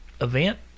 event